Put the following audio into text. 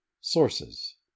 Sources